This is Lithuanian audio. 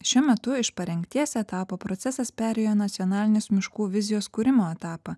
šiuo metu iš parengties etapo procesas perėjo į nacionalinės miškų vizijos kūrimo etapą